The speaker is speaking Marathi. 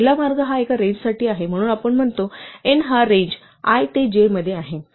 पहिला मार्ग हा एका रेंज साठी आहे म्हणून आपण म्हणतो n हा रेंज i ते j मध्ये आहे